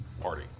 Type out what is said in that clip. party